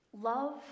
Love